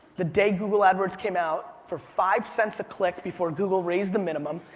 the day google adwords came out, for five cents a click, before google raised the minimum,